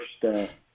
first